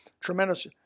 Tremendous